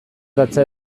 datza